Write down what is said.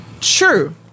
True